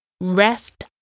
Rest